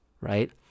right